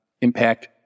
impact